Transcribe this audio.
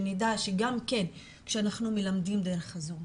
שנדע שגם כשאנחנו מלמדים דרך הזום,